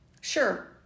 Sure